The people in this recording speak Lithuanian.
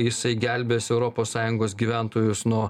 jisai gelbės europos sąjungos gyventojus nuo